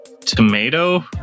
tomato